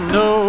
no